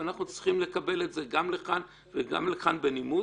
ואנחנו צריכים לקבל את זה גם לכאן וגם לכאן בנימוס.